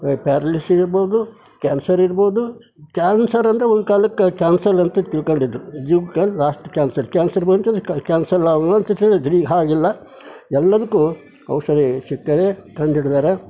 paralysis ಇರ್ಬೋದು cancer ಇರ್ಬೋದು cancer ಅಂದರೆ ಒಂದು ಕಾಲಕ್ಕೆ ಕ್ಯಾನ್ಸಲ್ ಅಂತ ತಿಳ್ಕೊಂಡಿದ್ರು ಜೀವಕ ಲಾಸ್ಟ್ ಕ್ಯಾನ್ಸರ್ ಕ್ಯಾನ್ಸರ್ ಬಂತಂದ್ರೆ ಕ್ಯಾನ್ಸಲ್ ಆಗುವ ಅಂತ ತಿಳಿದ್ರಿ ಈಗ ಹಾಗಿಲ್ಲ ಎಲ್ಲದಕ್ಕೂ ಔಷಧಿ ಸಿಗ್ತದೆ ಕಂಡು ಹಿಡ್ದಾರ